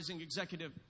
Executive